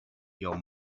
your